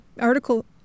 article